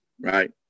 right